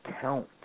count